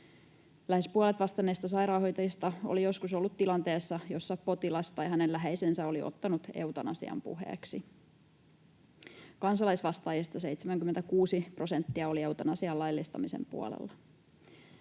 Lähes puolet vastanneista sairaanhoitajista oli joskus ollut tilanteessa, jossa potilas tai hänen läheisensä oli ottanut eutanasian puheeksi. Kansalaisvastaajista 76 prosenttia oli eutanasian laillistamisen puolella.